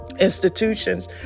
institutions